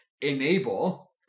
Enable